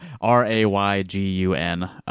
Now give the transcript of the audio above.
R-A-Y-G-U-N